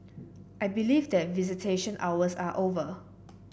I believe that visitation hours are over